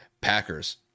Packers